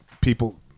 people